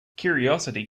curiosity